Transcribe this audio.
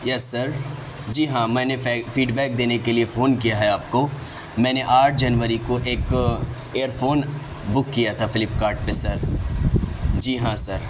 یس sir جی ہاں میں نے فیک فیڈبیک دینے کے لیے فون کیا ہے آپ کو میں نے آٹھ جنوری کو ایک ایئر فون بک کیا تھا فلپ کارٹ پہ سر جی ہاں سر